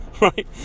right